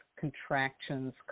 contractions